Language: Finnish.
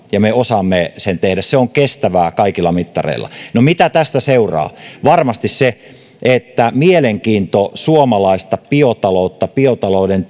ja me osaamme sen tehdä se on kestävää kaikilla mittareilla no mitä tästä seuraa varmasti se että mielenkiinto suomalaista biotaloutta biotalouden